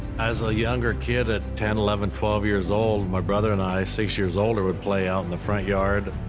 as a younger kid at ten, eleven, twelve years old, my brother and i, six years older, would play out in the front yard.